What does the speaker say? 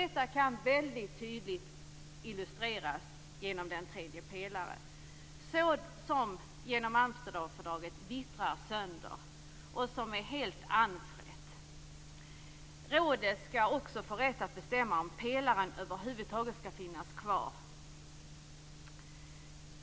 Detta kan väldigt tydligt illustreras genom den tredje pelaren, som genom Amsterdamfördraget vittrar sönder och blir helt anfrätt. Rådet skall också få rätt att bestämma om pelaren över huvud taget skall finnas kvar.